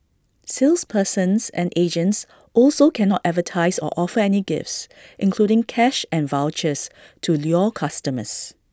salespersons and agents also cannot advertise or offer any gifts including cash and vouchers to lure customers